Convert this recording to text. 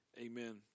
amen